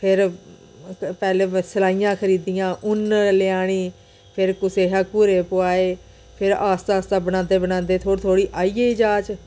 फिर पैह्ले सलाइयां खरीदियां ऊन लेआनी फिर कुसै हा घूरे पोआए फेर आस्ता आस्ता बनांदे बनांदे आई गेई जाच